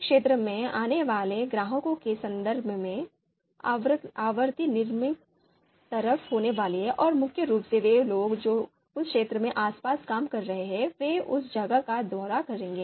इस क्षेत्र में आने वाले ग्राहकों के संदर्भ में आवृत्ति निम्न तरफ होने वाली है और मुख्य रूप से वे लोग जो उस क्षेत्र के आसपास काम कर रहे हैं वे उस जगह का दौरा करेंगे